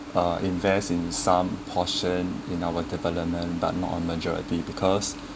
uh invest in some portion in our development but not on majority because